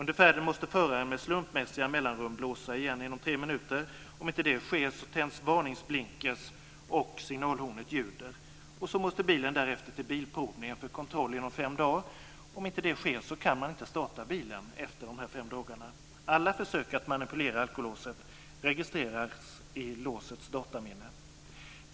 Under färden måste föraren med slumpmässiga mellanrum blåsa igen. Bilen måste därefter till Bilprovningen för kontroll inom fem dagar; om inte det sker kan inte bilen startas efter dessa fem dagar. Alla försök att manipulera alkolåset registreras i låsets dataminne.